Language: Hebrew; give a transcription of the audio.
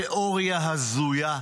תיאוריה הזויה,